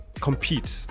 compete